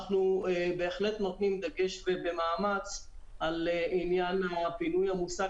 אנחנו בהחלט נותנים דגש ומאמץ על עניין הפינוי המוסק